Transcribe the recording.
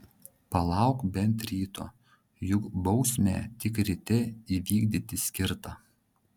palauk bent ryto juk bausmę tik ryte įvykdyti skirta